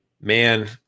Man